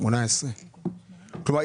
2018. כלומר,